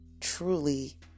truly